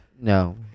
No